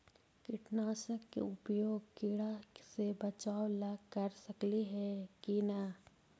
कीटनाशक के उपयोग किड़ा से बचाव ल कर सकली हे की न?